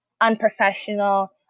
unprofessional